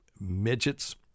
midgets